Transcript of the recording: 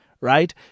Right